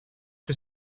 que